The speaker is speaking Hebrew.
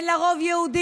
אין לה רוב יהודי.